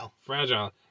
fragile